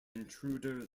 intruder